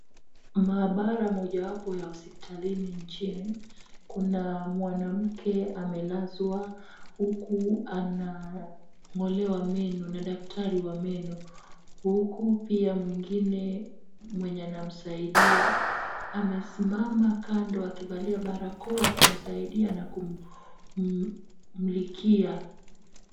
Maabara moja wapo ya hospitalini nchini, kuna mwanamke amelazwa huku anang'olewa meno na daktari wa meno, huku pia mwingine mwenye anamsaidia amesimama kando akivalia barakoa kumsaidia na kumulikia.